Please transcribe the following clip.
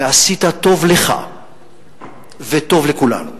ועשית טוב לך וטוב לכולנו.